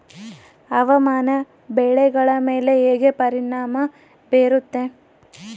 ಹವಾಮಾನ ಬೆಳೆಗಳ ಮೇಲೆ ಹೇಗೆ ಪರಿಣಾಮ ಬೇರುತ್ತೆ?